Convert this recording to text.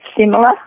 similar